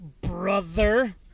brother